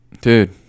Dude